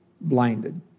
blinded